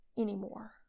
anymore